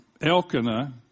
Elkanah